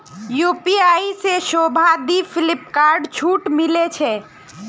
UPI से शोभा दी फिलिपकार्टत छूट मिले छे